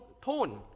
tone